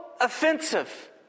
offensive